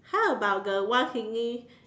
how about the one singing